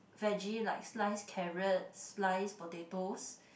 vege like slice carrot slice potatoes